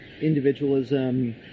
individualism